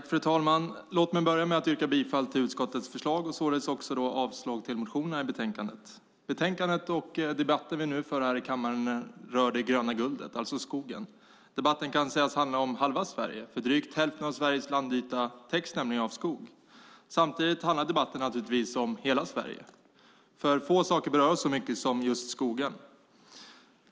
Fru talman! Låt mig börja med att yrka bifall till utskottets förslag och således också avslag på motionerna i betänkandet. Betänkandet och den debatt vi nu för här i kammaren rör det gröna guldet, alltså skogen. Debatten kan sägas handla om halva Sverige, för drygt hälften av Sveriges landyta täcks av skog. Samtidigt handlar debatten naturligtvis om hela Sverige. Få saker berör nämligen så mycket som just skogar.